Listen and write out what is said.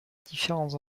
différents